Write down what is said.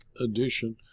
edition